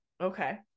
okay